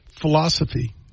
philosophy